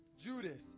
Judas